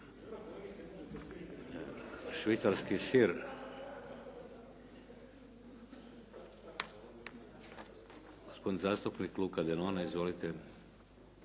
Švicarski sir.